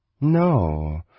No